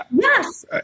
yes